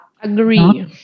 Agree